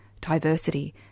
diversity